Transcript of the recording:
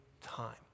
time